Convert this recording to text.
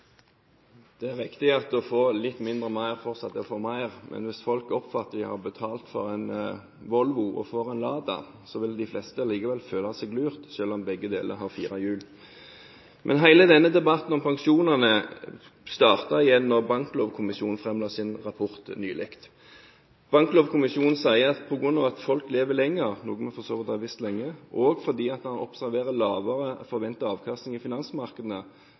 riktig at å få litt mindre mer, fortsatt er å få mer. Men hvis folk oppfatter at de har betalt for en Volvo og får en Lada, vil de fleste likevel føle seg lurt, selv om begge har fire hjul. Hele denne debatten om pensjonene startet igjen da Banklovkommisjonen nylig la fram sin rapport. Banklovkommisjonen sier at på grunn av at folk lever lenger – noe vi for så vidt har visst lenge – og fordi man observerer lavere forventet avkastning i finansmarkedene,